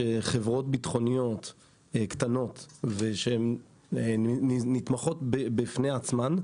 שחברות ביטחוניות קטנות שמתמחות בפני עצמן,